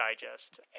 digest